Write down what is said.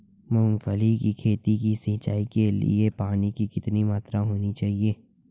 मूंगफली की खेती की सिंचाई के लिए पानी की कितनी मात्रा होनी चाहिए?